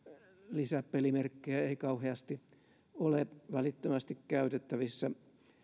lisäpelimerkkejä ei kauheasti ole välittömästi käytettävissä